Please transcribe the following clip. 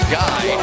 guy